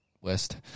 West